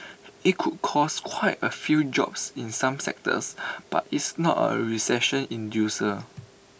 IT could cost quite A few jobs in some sectors but it's not A recession inducer